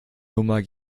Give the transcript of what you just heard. nummer